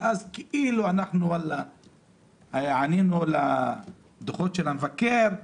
ואז כאילו ענינו לדוחות המבקר,